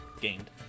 gained